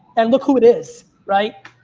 and look who it is, right?